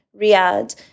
Riyadh